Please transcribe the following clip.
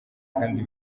kandi